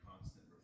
constant